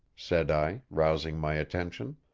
said i, rousing my attention.